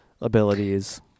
abilities